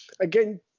again